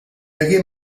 hagué